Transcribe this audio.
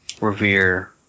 Revere